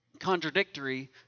contradictory